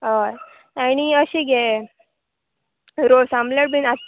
हय आनी अशें गे रोस आमलेट बीन आस